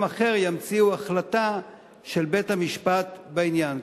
אחר ימציאו החלטה של בית-המשפט בעניין.